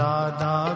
Dada